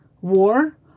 war